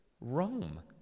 Rome